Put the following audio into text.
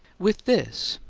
with this,